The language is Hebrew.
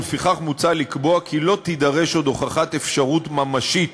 ולפיכך מוצע לקבוע כי לא תידרש עוד הוכחת אפשרות ממשית